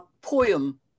poem